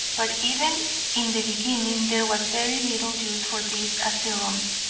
but even in the beginning there was very little use for these asylums,